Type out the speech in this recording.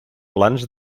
plans